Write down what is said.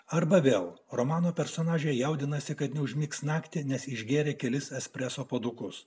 arba vėl romano personažai jaudinasi kad neužmigs naktį nes išgėrė kelis espreso puodukus